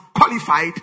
qualified